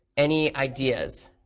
any ideas,